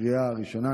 לקריאה ראשונה.